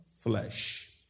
flesh